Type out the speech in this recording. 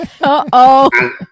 Uh-oh